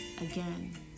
again